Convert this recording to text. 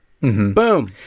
Boom